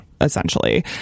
essentially